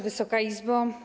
Wysoka Izbo!